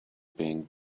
being